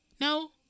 No